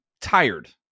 tired